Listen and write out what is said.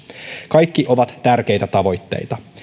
kaikki ovat tärkeitä tavoitteita